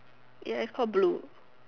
ya is called blue